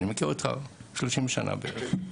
אני מכיר אותו 30 שנה בערך,